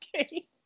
Okay